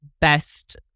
best